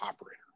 operator